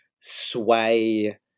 sway